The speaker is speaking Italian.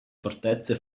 fortezze